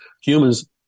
Humans